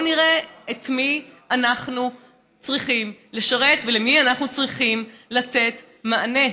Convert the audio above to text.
בואו נראה את מי אנחנו צריכים לשרת ולמי אנחנו צריכים לתת מענה.